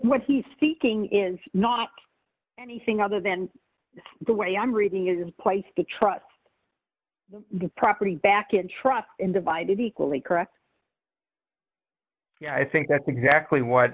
what he speaking is not anything other than the way i'm reading is the place to trust the property back in trust in divided equally correct yeah i think that's exactly what